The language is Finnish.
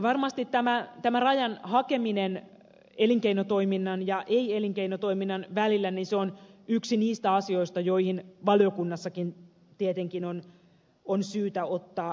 varmasti tämä rajan hakeminen elinkeinotoiminnan ja ei elinkeinotoiminnan välillä on yksi niistä asioista joihin valiokunnassakin tietenkin on syytä ottaa kantaa